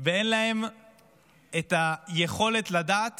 ואין להן את היכולת לדעת